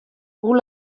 hoe